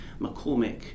McCormick